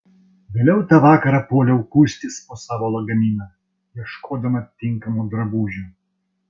vėliau tą vakarą puoliau kuistis po savo lagaminą ieškodama tinkamo drabužio